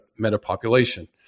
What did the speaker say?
Metapopulation